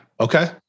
Okay